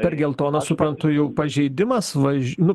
per geltoną suprantu jau pažeidimas važ nu